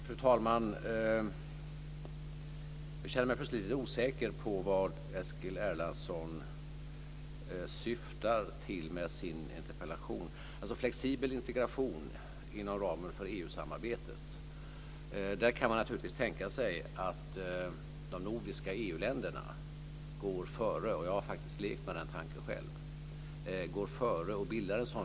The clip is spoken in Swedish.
Fru talman! Jag känner mig plötsligt lite osäker på vad Eskil Erlandsson syftar till med sin interpellation. samarbetet kan man naturligtvis tänka sig att de nordiska EU-länderna går före. Jag har faktiskt lekt med den tanken själv.